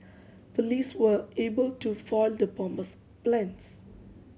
police were able to foil the bomber's plans